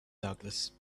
douglas